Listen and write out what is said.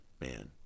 Man